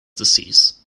disease